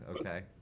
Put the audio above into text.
Okay